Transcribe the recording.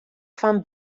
fan